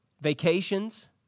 Vacations